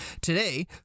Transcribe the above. today